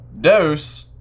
Dose